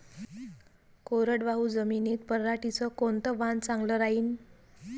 कोरडवाहू जमीनीत पऱ्हाटीचं कोनतं वान चांगलं रायीन?